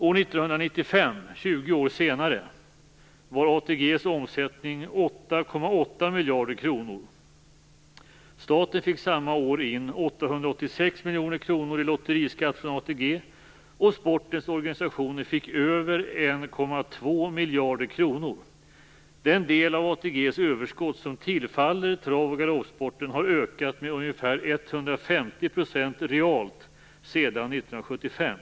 År 1995, 20 år senare, var ATG:s omsättning 8,8 miljarder kronor. Staten fick samma år in 886 miljoner kronor i lotteriskatt från ATG och sportens organisationer fick över 1,2 miljarder kronor. Den del av ATG:s överskott som tillfaller trav och galoppsporten har ökat med ungefär 150 % realt sedan 1975.